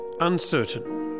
Uncertain